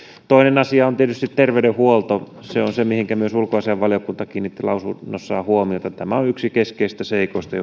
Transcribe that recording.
toinen asia on tietysti terveydenhuolto se on se mihinkä myös ulkoasiainvaliokunta kiinnitti lausunnossaan huomiota tämä on yksi keskeisistä seikoista